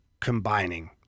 combining